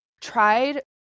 tried